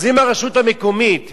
אם הרשות המקומית מפנה,